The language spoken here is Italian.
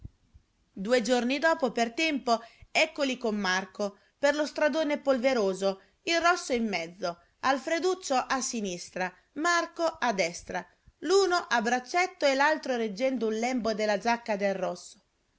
due giorni dopo per tempo eccoli con marco per lo stradone polveroso il rosso in mezzo alfreduccio a sinistra marco a destra l'uno a braccetto e l'altro reggendo un lembo della giacca del rosso